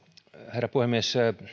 herra puhemies